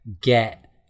get